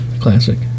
Classic